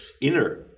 inner